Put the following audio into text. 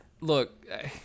Look